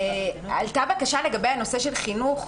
עלתה בקשה לגבי הנושא של חינוך.